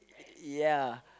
ya